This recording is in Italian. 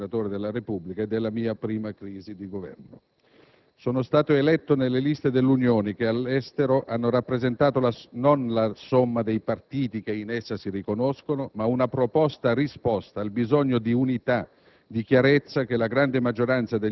È la prima volta che sono eletto senatore della Repubblica ed è la mia prima crisi di Governo. Sono stato eletto nelle liste dell'Unione che all'estero hanno rappresentato non la somma dei partiti che in essa si riconoscono, ma una proposta-risposta al bisogno di unità,